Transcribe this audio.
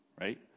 Right